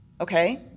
okay